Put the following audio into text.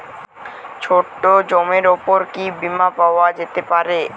ছোট জমির উপর কি বীমা পাওয়া যেতে পারে?